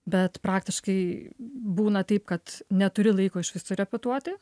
bet praktiškai būna taip kad neturi laiko išvis surepetuoti